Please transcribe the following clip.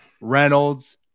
Reynolds